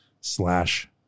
slash